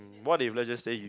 what if let's just say you